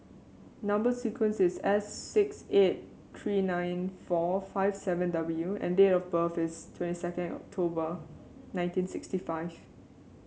number sequence is S six eight three nine four five seven W and date of birth is twenty second October nineteen sixty five